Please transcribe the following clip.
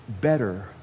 better